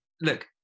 look